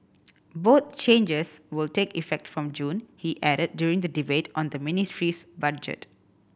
both changes will take effect from June he added during the debate on the ministry's budget